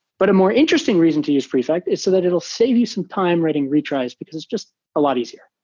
but a more interesting reason to use prefect is so that it'll save you some time writing retries because it's just a lot easier.